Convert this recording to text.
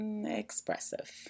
expressive